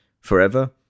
forever